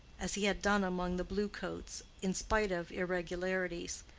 as he had done among the blue coats, in spite of irregularities.